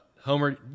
Homer